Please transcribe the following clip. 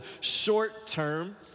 short-term